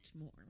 more